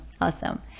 Awesome